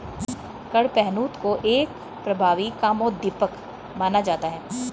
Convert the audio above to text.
कडपहनुत को एक प्रभावी कामोद्दीपक माना जाता है